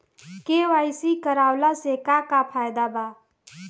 KYC करवला से का का फायदा बा?